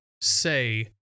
say